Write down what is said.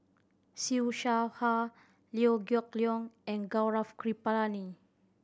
Siew Shaw Her Liew Geok Leong and Gaurav Kripalani